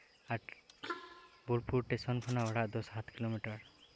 ᱟᱨ Bolpur station ᱠᱷᱚᱱᱟᱜ ᱚᱲᱟᱜ ᱫᱚ ᱥᱟᱛ ᱠᱤᱞᱳᱢᱤᱴᱟᱨ